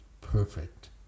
perfect